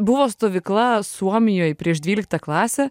buva stovykla suomijoj prieš dvyliktą klasę